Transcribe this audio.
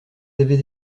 avez